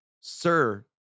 sir